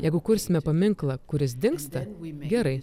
jeigu kursime paminklą kuris dingsta gerai